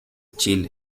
chile